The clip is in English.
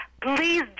please